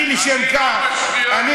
אני שומע את זה מפיך.